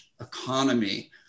economy